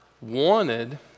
wanted